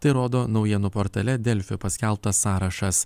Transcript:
tai rodo naujienų portale delfi paskelbtas sąrašas